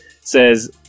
says